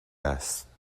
است